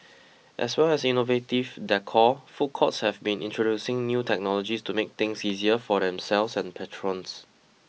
as well as innovative decor food courts have been introducing new technologies to make things easier for themselves and patrons